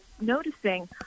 noticing